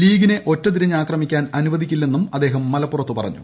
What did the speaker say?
ലീഗിനെ ഒറ്റതിരിഞ്ഞ് ആക്രമിക്കാൻ അനുവദിക്കില്ലെന്നും അദ്ദേഹം മലപ്പുറത്ത് പറഞ്ഞു